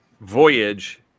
voyage